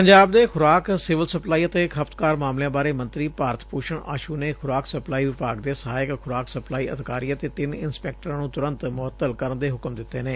ਪੰਜਾਬ ਦੇ ਖੁਰਾਕ civil supply ਅਤੇ ਖ਼ਪਤਕਾਰ ਮਾਮਲਿਆਂ ਬਾਰੇ ਮੰਤਰੀ ਭਾਰਤ ਭੂਸ਼ਣ ਆਸ਼ੁ ਨੇ ਖੁਰਾਕ ਸਪਲਾਈ ਵਿਭਾਗ ਦੇ ਸਹਾਇਕ ਖੁਰਾਕ ਸਪਲਾਈ ਅਧਿਕਾਰੀ ਅਤੇ ਤਿੰਨ ਇੰਸਪੈਕਟਰਾਂ ਨੂੰ ਤੁਰੰਤ ਮੁੱਤਲ ਕਰਨ ਦੇ ਹੁਕਮ ਦਿੱਡੇ ਨੇ